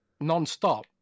nonstop